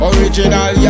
Original